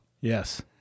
Yes